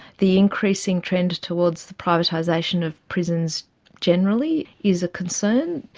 the increasing trend towards the privatisation of prisons generally is a concern.